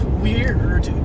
weird